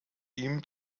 ihn